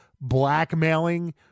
blackmailing